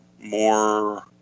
More